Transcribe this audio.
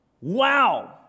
Wow